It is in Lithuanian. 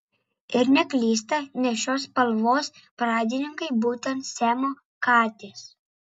ir neklysta nes šios spalvos pradininkai būtent siamo katės